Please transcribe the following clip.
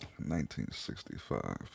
1965